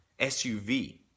SUV